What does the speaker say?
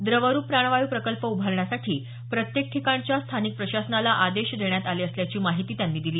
द्रवरुप प्राणवायू प्रकल्प उभारण्यासाठी प्रत्येक ठिकाणच्या स्थानिक प्रशासनाला आदेश देण्यात आले असल्याची माहिती त्यांनी दिली